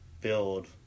Build